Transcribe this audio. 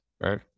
right